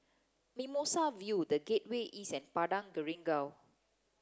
Mimosa View The Gateway East and Padang Jeringau